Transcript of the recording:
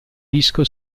disco